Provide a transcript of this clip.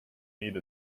need